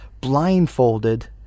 blindfolded